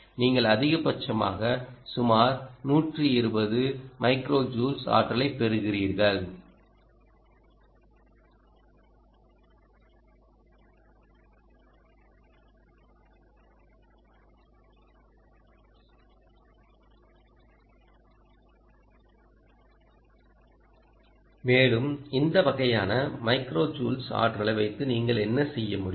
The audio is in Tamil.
நீங்கள் அதிகபட்சமாக சுமார் 120 மைக்ரோ ஜூல்ஸ் ஆற்றலைப்பெறுகிறீர்கள் மேலும் இந்த வகையான மைக்ரோ ஜூல் ஆற்றலை வைத்து நீங்கள் என்ன செய்ய முடியும்